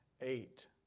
Eight